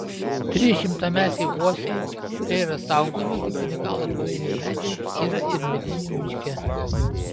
trys šimtamečiai uosiai kurie yra saugomi kaip unikalūs pavieniai medžiai yra ir medinių miške